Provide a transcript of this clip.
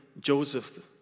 Joseph